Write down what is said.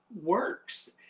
works